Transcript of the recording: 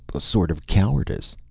a sort of cowardice.